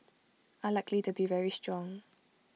are likely to be very strong